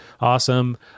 awesome